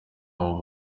abo